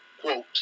quote